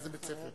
מאיזה בית-ספר?